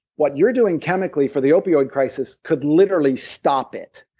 what you're doing chemically for the opioid crises could literally stop it.